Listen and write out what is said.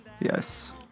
Yes